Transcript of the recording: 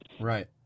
right